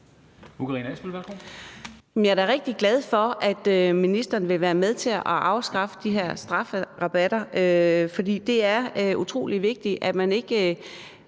Jeg er da rigtig glad for, at ministeren vil være med til at afskaffe de her strafrabatter, for det er utrolig vigtigt, at man ikke